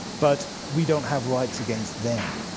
but we don't have rights against them.